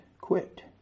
quit